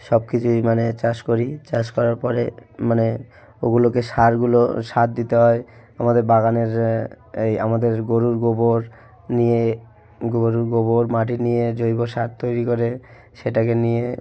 সব কিছুই মানে চাষ করি চাষ করার পরে মানে ওগুলোকে সারগুলো সার দিতে হয় আমাদের বাগানের এই আমাদের গোরুর গোবর নিয়ে গোরুর গোবর মাটি নিয়ে জৈব সার তৈরি করে সেটাকে নিয়ে